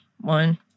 one